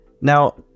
Now